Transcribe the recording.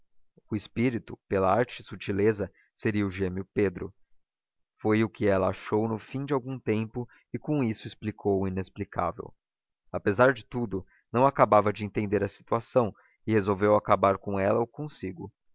o espírito pela arte e subtileza seria o gêmeo pedro foi o que ela achou no fim de algum tempo e com isso explicou o inexplicável apesar de tudo não acabava de entender a situação e resolveu acabar com ela ou consigo